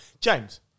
James